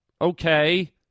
Okay